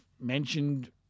mentioned